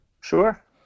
Sure